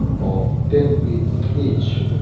of ten px each,